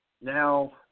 Now